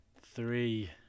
Three